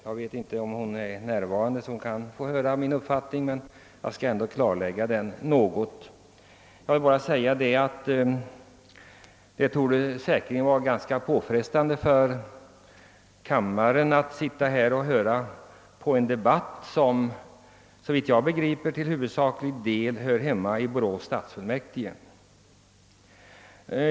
Jag vet inte om fru Hörnlund är närvarande i kammaren, men jag skall ändå något klarlägga min uppfattning för henne. Det torde säkerligen vara ganska påfrestande för kammarens ledamöter att här sitta och höra på en debatt, som såvitt jag begriper till huvudsaklig del hör hemma i Borås stadsfullmäktige.